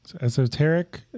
Esoteric